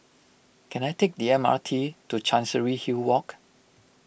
can I take the M R T to Chancery Hill Walk